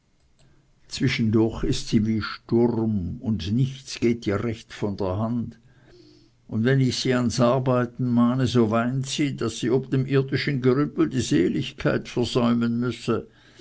zwischendurch ist sie wie sturm und nichts geht ihr recht von der hand und wenn ich sie ans arbeiten mahne so weint sie daß sie ob dem irdischen grümpel die seligkeit versäumen müsse